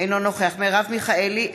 אינו נוכח מרב מיכאלי,